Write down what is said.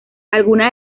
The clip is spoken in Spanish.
algunas